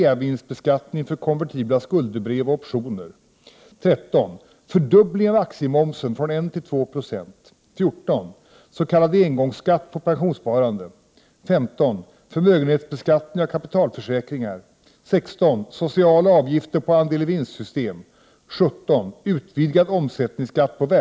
Sådana ständiga förändringar är av ondo!